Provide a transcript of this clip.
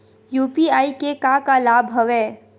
UPI के का का लाभ हवय?